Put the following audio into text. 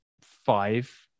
five